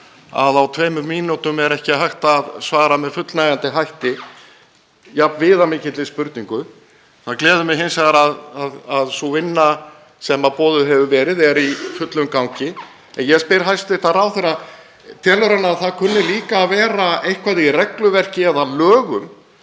að á tveimur mínútum er ekki hægt að svara með fullnægjandi hætti jafn viðamikilli spurningu. Það gleður mig hins vegar að sú vinna sem boðuð hefur verið er í fullum gangi. En ég spyr hæstv. ráðherra: Telur hann að það kunni líka að vera eitthvað í regluverki eða lögum